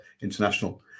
international